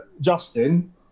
Justin